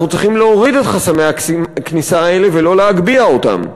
אנחנו צריכים להוריד את חסמי הכניסה האלה ולא להגביה אותם.